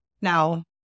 Now